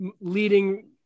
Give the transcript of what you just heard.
Leading